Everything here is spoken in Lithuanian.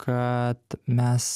kad mes